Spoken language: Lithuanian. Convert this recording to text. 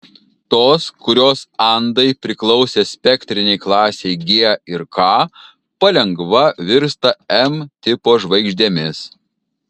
tos kurios andai priklausė spektrinei klasei g ir k palengva virsta m tipo žvaigždėmis